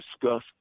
discuss